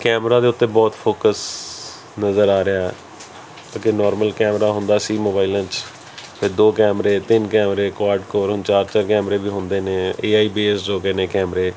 camera ਦੇ ਉੱਤੇ ਬਹੁਤ ਫੋਕਸ ਨਜ਼ਰ ਆ ਰਿਹਾ ਕਿਉਂਕਿ ਨੋਰਮਲ ਕੈਮਰਾ ਹੁੰਦਾ ਸੀ ਮੋਬਾਇਲਾਂ 'ਚ ਫਿਰ ਦੋ ਕੈਮਰੇ ਤਿੰਨ ਕੈਮਰੇ ਕੁਯਾਡਕੋਰ ਹੁਣ ਚਾਰ ਚਾਰ ਕੈਮਰੇ ਵੀ ਹੁੰਦੇ ਨੇ ਏਆਈ ਬੇਸਡ ਹੋ ਗਏ ਨੇ ਕੈਮਰੇ